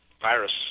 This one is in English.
virus